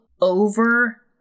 over